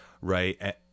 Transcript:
right